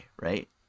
right